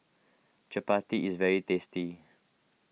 Chappati is very tasty